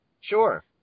Sure